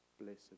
blessed